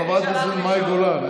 חברת הכנסת מאי גולן,